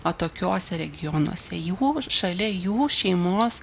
atokiuose regionuose jų šalia jų šeimos